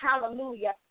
hallelujah